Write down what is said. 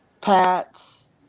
Pats